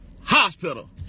hospital